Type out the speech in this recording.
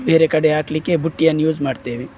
ಬೇರೆ ಕಡೆ ಹಾಕಲಿಕ್ಕೆ ಬುಟ್ಟಿಯನ್ನು ಯೂಸ್ ಮಾಡ್ತೇವೆ